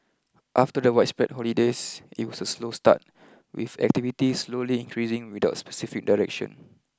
after the widespread holidays it was a slow start with activity slowly increasing without specific direction